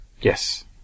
Yes